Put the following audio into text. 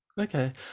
Okay